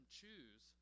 choose